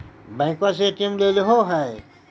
बैंकवा से ए.टी.एम लेलहो है?